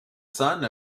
son